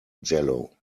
jello